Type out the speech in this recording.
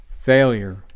Failure